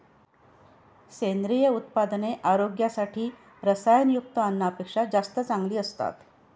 सेंद्रिय उत्पादने आरोग्यासाठी रसायनयुक्त अन्नापेक्षा जास्त चांगली असतात